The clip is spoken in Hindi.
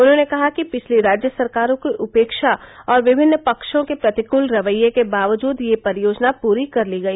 उन्होंने कहा कि पिछली राज्य सरकारों की उपेक्षा और विभिन्न पक्षों के प्रतिकूल रवैये के बावजुद यह परियोजना पूरी कर ली गई